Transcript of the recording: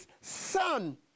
son